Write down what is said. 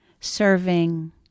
serving